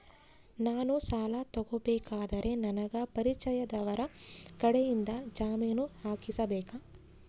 ನಾನು ಸಾಲ ತಗೋಬೇಕಾದರೆ ನನಗ ಪರಿಚಯದವರ ಕಡೆಯಿಂದ ಜಾಮೇನು ಹಾಕಿಸಬೇಕಾ?